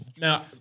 Now